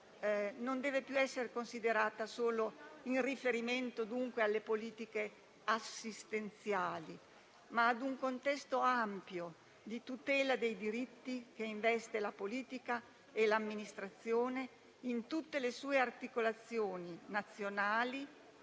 deve essere considerata non più solo in riferimento, dunque, alle politiche assistenziali, ma anche a un contesto ampio, di tutela dei diritti, che investe la politica e l'amministrazione in tutte le sue articolazioni nazionali,